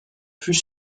fut